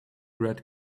red